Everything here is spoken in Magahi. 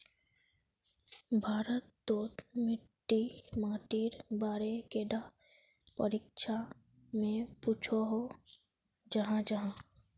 भारत तोत मिट्टी माटिर बारे कैडा परीक्षा में पुछोहो जाहा जाहा?